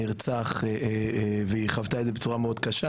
נרצח והיא חוותה את זה בצורה מאוד קשה.